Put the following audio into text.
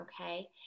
Okay